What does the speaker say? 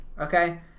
Okay